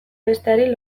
besteari